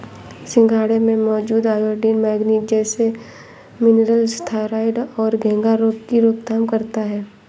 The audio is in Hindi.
सिंघाड़े में मौजूद आयोडीन, मैग्नीज जैसे मिनरल्स थायरॉइड और घेंघा रोग की रोकथाम करता है